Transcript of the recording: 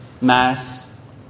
mass